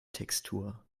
textur